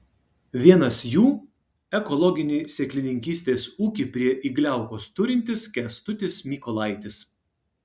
vienas jų ekologinį sėklininkystės ūkį prie igliaukos turintis kęstutis mykolaitis